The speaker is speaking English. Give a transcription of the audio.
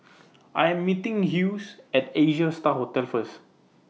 I Am meeting Hughes At Asia STAR Hotel First